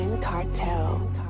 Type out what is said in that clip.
Cartel